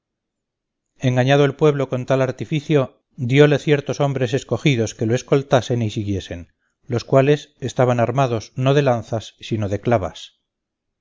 engañado el pueblo con tal artificio dióle ciertos hombres escogidos que lo escoltasen y siguiesen los cuales estaban armados no de lanzas sino de clavas